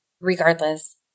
Regardless